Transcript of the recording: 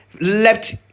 left